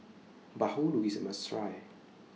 Bahulu IS A must Try